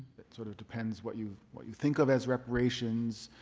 sort of depends what you what you think of as reparations,